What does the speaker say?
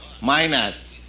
minus